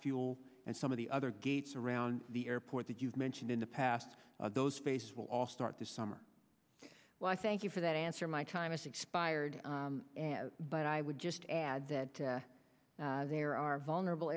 fuel and some of the other gates around the airport that you've mentioned in the past those space will all start this summer well i thank you for that answer my time is expired but i would just add that there are vulnerable